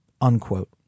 unquote